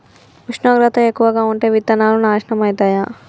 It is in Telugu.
ఉష్ణోగ్రత ఎక్కువగా ఉంటే విత్తనాలు నాశనం ఐతయా?